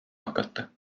hakata